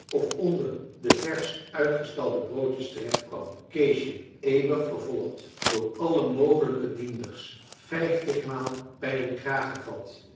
of onder de versch uitgestalde broodjes terechtkwam keesje eeuwig vervolgd door alle mogelijke dienders vijftigmaal bij den kraag gevat